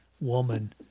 woman